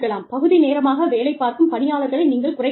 பகுதி நேரமாக வேலைபார்க்கும் பணியாளர்களை நீங்கள் குறைக்கலாம்